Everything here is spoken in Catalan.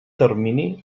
termini